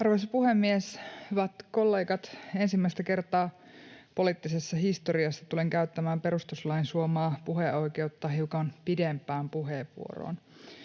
Arvoisa puhemies! Hyvät kollegat, ensimmäistä kertaa poliittisessa historiassa tulen käyttämään perustuslain suomaa puheoikeutta hiukan pidempään puheenvuoroon.